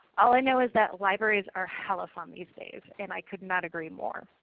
all i know is that libraries are hella fun these days, and i could not agree more.